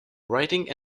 writing